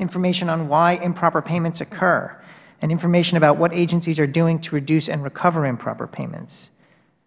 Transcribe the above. information on why improper payments occur and information about what agencies are doing to reduce and recover improper payments